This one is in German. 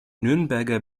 nürnberger